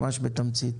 ממש בתמצית.